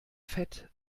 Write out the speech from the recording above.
fett